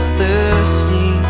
thirsty